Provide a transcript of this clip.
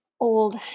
old